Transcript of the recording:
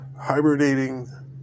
hibernating